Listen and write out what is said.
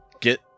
get